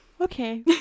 Okay